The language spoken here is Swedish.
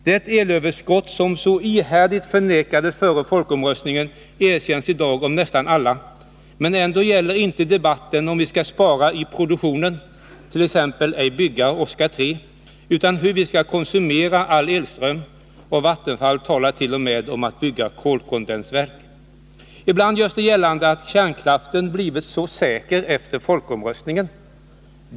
Det elöverskott som så ihärdigt förnekades före folkomröstningen erkänns i dag av nästan alla, men ändå gäller inte debatten om vi skall spara i produktionen —t.ex. ej bygga Oskarshamn 3 — utan hur vi skall konsumera all elström. Vattenfall talar redan om att bygga kolkondensverk. Ibland görs det gällande att kärnkraften efter folkomröstningen blivit mycket säker.